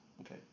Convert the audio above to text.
okay